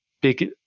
big